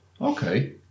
okay